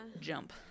jump